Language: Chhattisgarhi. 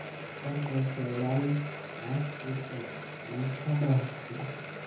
कोपर कर चउड़ई पाँच फुट कर लमसम रहथे